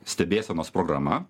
stebėsenos programa